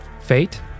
Fate